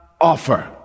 offer